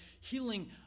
healing